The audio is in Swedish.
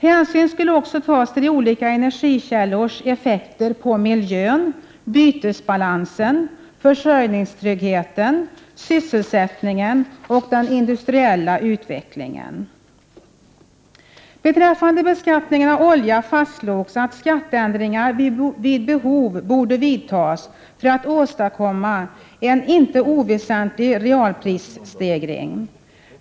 Hänsyn skulle också tas till olika energikällors effekter på miljön, bytesbalansen, försörjningstryggheten, sysselsättningen och den industriella utvecklingen. Beträffande beskattningen av olja fastslogs att skatteändringar vid behov borde vidtas för att åstadkomma en inte oväsentlig realprisstegring.